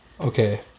okay